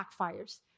backfires